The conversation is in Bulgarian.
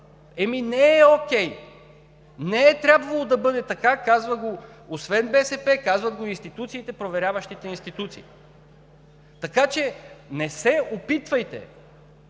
Ами, не е окей! Не е трябвало да бъде така! Казват го, освен БСП, институциите – проверяващите институции. Така че не се опитвайте